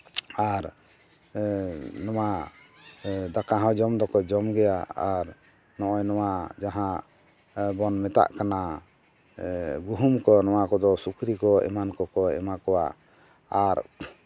ᱟᱨ ᱱᱚᱣᱟ ᱫᱟᱠᱟ ᱦᱚᱸ ᱡᱚᱢ ᱫᱚᱠᱚ ᱡᱚᱢ ᱜᱮᱭᱟ ᱟᱨ ᱱᱚᱜᱼᱚᱸᱭ ᱱᱚᱣᱟ ᱡᱟᱦᱟᱸ ᱵᱚᱱ ᱢᱮᱛᱟᱜ ᱠᱟᱱᱟ ᱜᱩᱦᱩᱢ ᱠᱚ ᱫᱚ ᱥᱩᱠᱨᱤ ᱠᱚ ᱮᱢᱟᱱ ᱠᱚ ᱠᱚ ᱮᱢᱟ ᱠᱚᱣᱟ ᱟᱨ